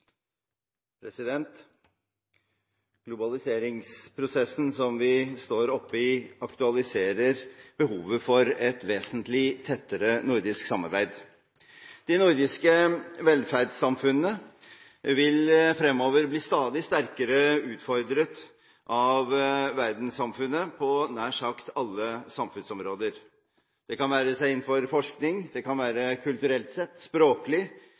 senere. Globaliseringsprosessen som vi står oppe i, aktualiserer behovet for et vesentlig tettere nordisk samarbeid. Det nordiske velferdssamfunnet vil fremover bli stadig sterkere utfordret av verdenssamfunnet på nær sagt alle samfunnsområder, det være seg innenfor forskning, kulturelt sett, språklig